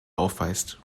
aufweist